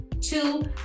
two